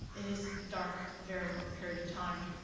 it is dark a very long period of time.